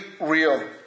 real